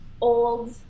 old